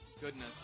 goodness